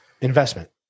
Investment